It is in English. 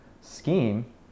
scheme